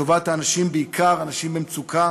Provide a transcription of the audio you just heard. לטובת אנשים, בעיקר אנשים במצוקה